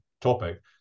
topic